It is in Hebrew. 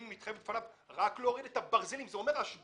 אם היא מתחייבת בפניו רק להוריד את הברזלים זה אומר השבתה.